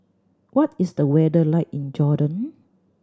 what is the weather like in Jordan